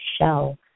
shell